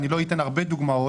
אני לא אתן הרבה דוגמאות,